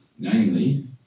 Namely